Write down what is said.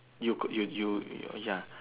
you could you you you ya